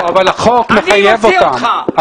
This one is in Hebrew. החוק מחייב אותם.